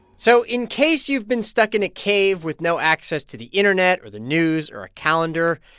so in case you've been stuck in a cave with no access to the internet or the news or a calendar,